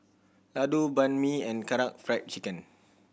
Ladoo Banh Mi and Karaage Fried Chicken